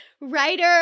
writer